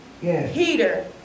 Peter